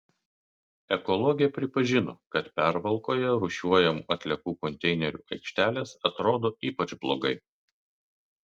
ekologė pripažino kad pervalkoje rūšiuojamų atliekų konteinerių aikštelės atrodo ypač blogai